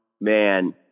man